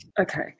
Okay